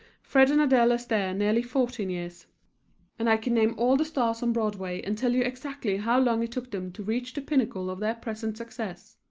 fred and adele astaire nearly fourteen years and i can name all the stars on broadway and tell you exactly how long it took them to reach the pinnacle of their present success.